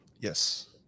yes